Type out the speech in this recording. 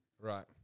Right